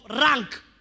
rank